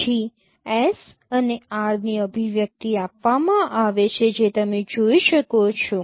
પછી S અને R ની અભિવ્યક્તિ આપવામાં આવે છે જે તમે જોઈ શકો છો